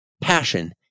Passion